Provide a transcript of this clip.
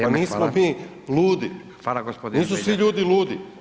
Pa nismo mi ludi, nisu svi ljudi ludi